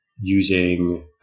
using